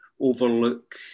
overlook